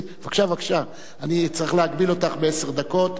בבקשה, בבקשה, אני צריך להגביל אותך בעשר דקות.